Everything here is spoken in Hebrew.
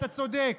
אתה צודק,